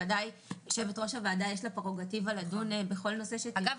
ודאי ליושבת-ראש הוועדה יש פררוגטיבה לדון בכל נושא שתרצה -- אגב,